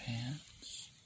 pants